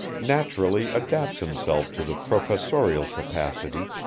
naturally adapts himself to the professorial capacity,